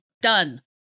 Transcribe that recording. done